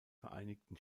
vereinigten